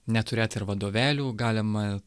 neturėt ir vadovėlių galima